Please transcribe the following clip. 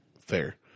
fair